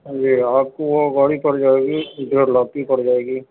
جی آپ کو وہ گاڑی پڑ جائے گی ڈیرھ لاکھ کی پڑ جائے گی